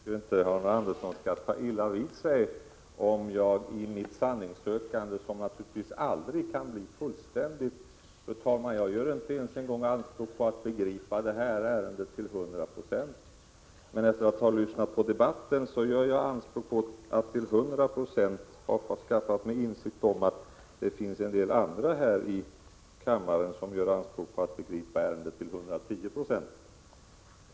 Fru talman! Jag tycker inte att Arne Andersson i Ljung skall ta illa vid sig av mitt sanningssökande, som naturligtvis aldrig kan bli fullständigt. Jag gör inte ens, fru talman, anspråk på att begripa det här ärendet till 100 96. Men efter att ha lyssnat på debatten gör jag anspråk på att till 100 96 ha skaffat mig insikt om att det finns en del andra här i kammaren som gör anspråk på att begripa ärendet till 110 20.